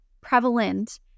prevalent